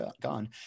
gone